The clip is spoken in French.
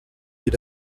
est